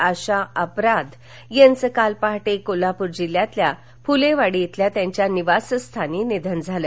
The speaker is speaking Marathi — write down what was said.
आशा आपराद यांचं काल पहाटे कोल्हापूर जिल्ह्यात फुलेवाडी इथल्या त्यांच्या निवासस्थानी निधन झाले